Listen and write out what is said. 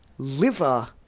Liver